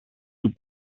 του